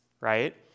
right